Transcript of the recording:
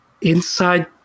inside